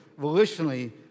volitionally